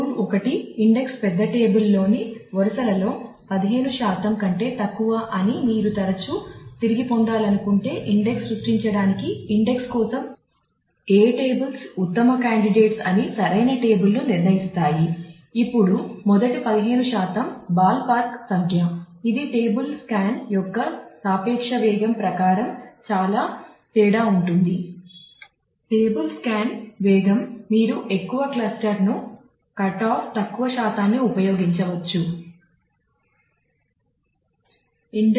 rule 1 index పెద్ద table లోని వరుసలలో 15 శాతం కంటే తక్కువ అని మీరు తరచూ తిరిగి పొందాలనుకుంటే ఇండెక్స్ సృష్టించడానికి ఇండెక్స్ కోసం ఏ టేబుల్స్ ప్రకారం చాలా తేడా ఉంటుంది